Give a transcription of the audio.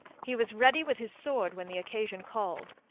he was ready with his sword when the occasion called.